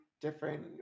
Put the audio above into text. different